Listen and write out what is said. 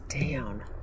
down